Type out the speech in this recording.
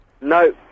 No